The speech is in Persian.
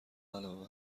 علاوه